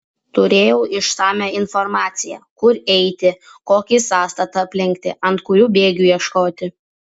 turėjau išsamią informaciją kur eiti kokį sąstatą aplenkti ant kurių bėgių ieškoti